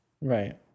Right